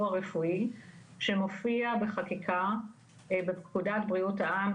הרפואי שמופיע בחקיקה בפקודת בריאות העם,